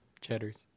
Cheddar's